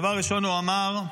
דבר ראשון, הוא אמר: